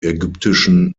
ägyptischen